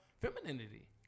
femininity